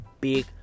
big